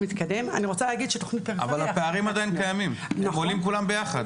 אבל הפערים עדיין קיימים, הם פה עולים כולם ביחד.